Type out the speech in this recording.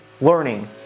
learning